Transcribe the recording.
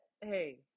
hey